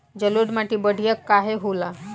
जलोड़ माटी बढ़िया काहे होला?